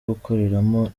gukoreramo